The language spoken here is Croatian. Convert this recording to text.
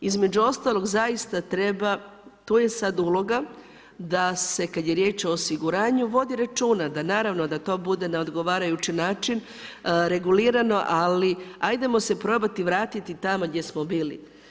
Između ostalog zaista treba, tu je sada uloga da se kada je riječ o osiguranju vodi računa da naravno da to bude na odgovarajući način regulirano ali ajdemo se probati vratiti tamo gdje smo bili.